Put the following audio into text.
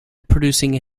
producing